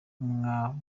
mwa